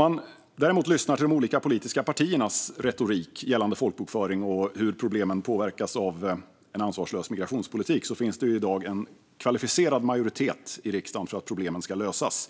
Att döma av de olika partiernas retorik gällande folkbokföring och hur problemen påverkas av en ansvarslös migrationspolitik finns det en kvalificerad majoritet i riksdagen för att lösa problemen.